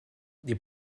des